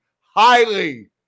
highly